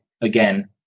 again